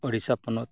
ᱩᱲᱤᱥᱥᱟ ᱯᱚᱱᱚᱛ